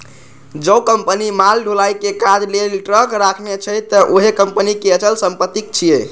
जौं कंपनी माल ढुलाइ के काज लेल ट्रक राखने छै, ते उहो कंपनीक अचल संपत्ति छियै